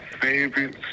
favorite